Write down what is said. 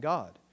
God